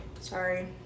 sorry